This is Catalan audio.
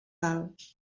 dalt